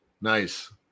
Nice